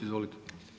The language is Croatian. Izvolite.